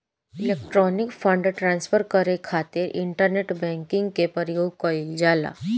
electronic fund transfer करे खातिर internet banking के प्रयोग कईल जाला